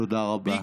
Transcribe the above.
תודה רבה.